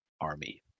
army